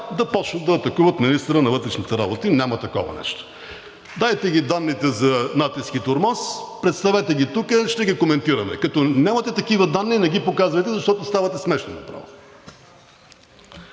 да започнат да атакуват министъра на вътрешните работи. Няма такова нещо. Дайте данните за натиск и тормоз, представете ги тук, ще ги коментираме. Като нямате такива данни, не ги показвайте, защото ставате смешни направо.